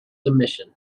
submission